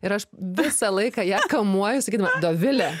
ir aš visą laiką ją kamuoju sakydama dovile